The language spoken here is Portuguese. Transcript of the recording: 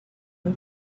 não